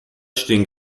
stehen